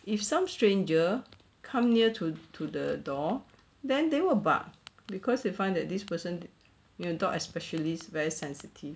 if some stranger come near to to the door then they will bark cause they find that this person to dog especially very sensitive